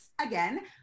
again